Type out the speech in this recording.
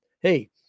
Hey